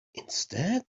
instead